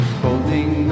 holding